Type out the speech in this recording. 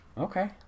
Okay